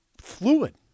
fluid